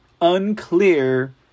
Unclear